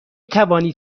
توانید